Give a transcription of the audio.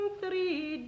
three